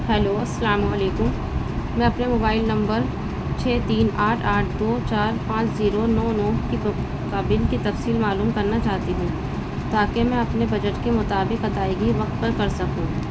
hello السلام علیکم میں اپنے موبائل نمبر چھ تین آٹھ آٹھ دو چار پانچ زیرو نو نو کی قابل کی تفصیل معلوم کرنا چاہتی تھی تا کہ میں اپنے بجٹ کے مطابق ادائیگی وقت پر کر سکوں